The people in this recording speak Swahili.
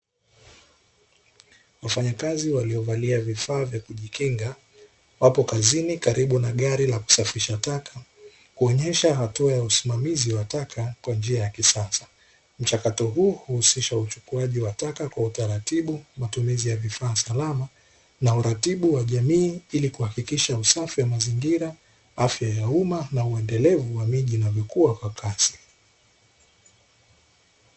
Wafanyakazi waliovaa vifaa vya kujikinga wapo kazini karibu na gari la kusafirisha taka, kuonyesha hatua ya usimamizi wa taka kwa njia ya kisasa, mchakato huu huhusisha uchukuaji wa taka kwa utaratibu kwa matumizi ya vifaa salama na uratibu wa jambo hili ili kuhakikisha usafi wa mazingira, afya ya umma na uendelevu wa miji inayokua kwa kasi.